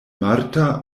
marta